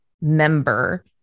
member